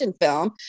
film